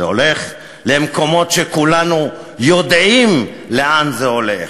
זה הולך למקומות שכולנו יודעים לאן זה הולך,